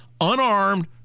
unarmed